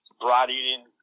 broad-eating